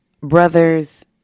brother's